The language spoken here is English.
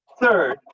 Third